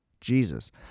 Jesus